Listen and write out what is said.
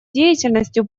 деятельностью